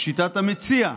לשיטת המציע,